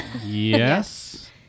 Yes